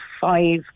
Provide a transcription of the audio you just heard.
five